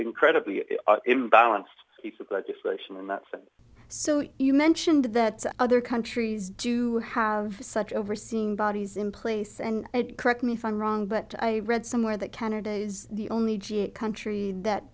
incredibly imbalanced piece of legislation and that's and so you mentioned that other countries do have such overseeing bodies in place and correct me if i'm wrong but i read somewhere that canada is the only country that